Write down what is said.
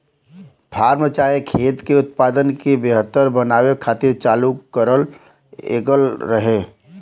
form चाहे खेत के उत्पादन के बेहतर बनावे खातिर चालू कएल गएल रहे